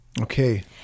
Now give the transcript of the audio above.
Okay